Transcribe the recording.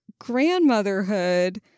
grandmotherhood